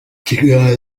kiganiro